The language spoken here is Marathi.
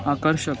आकर्षक